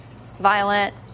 violent